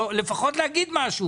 לפחות להגיד משהו